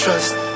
Trust